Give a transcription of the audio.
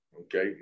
Okay